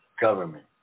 government